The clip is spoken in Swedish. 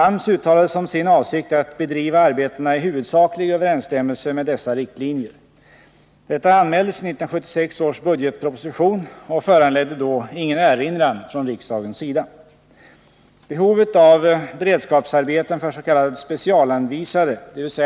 AMS uttalade som sin avsikt att bedriva arbetena i huvudsaklig överensstämmelse med dessa riktlinjer. Detta anmäldes i 1976 års budgetproposition och föranledde då ingen erinran från riksdagens sida. Behovet av beredskapsarbeten för s.k. specialanvisade, dvs.